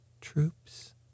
troops